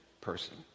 person